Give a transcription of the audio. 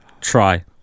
try